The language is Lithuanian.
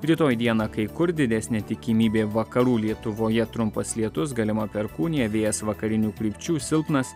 rytoj dieną kai kur didesnė tikimybė vakarų lietuvoje trumpas lietus galima perkūnija vėjas vakarinių krypčių silpnas